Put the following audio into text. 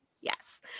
Yes